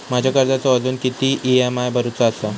माझ्या कर्जाचो अजून किती ई.एम.आय भरूचो असा?